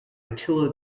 attila